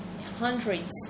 hundreds